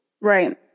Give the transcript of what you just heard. Right